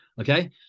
okay